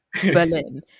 Berlin